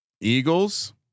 Eagles